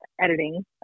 editing